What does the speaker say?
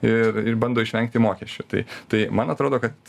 ir ir bando išvengti mokesčių tai tai man atrodo kad